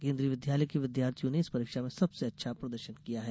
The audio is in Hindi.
केन्द्रीय विद्यालय के विद्यार्थियों ने इस परीक्षा में सबसे अच्छा प्रदर्शन किया है